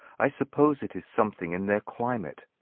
i suppose it is something in their climate.